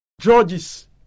judges